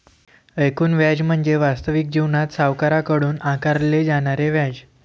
एकूण व्याज म्हणजे वास्तविक जीवनात सावकाराकडून आकारले जाणारे व्याज